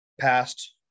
past